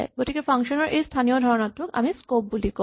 গতিকে ফাংচন ৰ এই স্হানীয় ধাৰণাটোক আমি স্কপ বুলি কওঁ